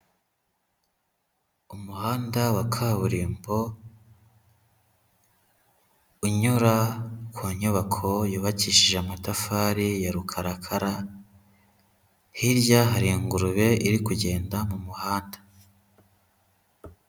Umuhanda wa kaburimbo unyura ku nyubako yubakishije amatafari ya rukarakara, hirya hari ingurube iri kugenda mu muhanda.